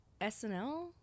SNL